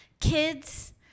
Kids